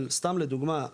של סתם לדוגמא,